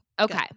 Okay